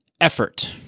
effort